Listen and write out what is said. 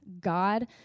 God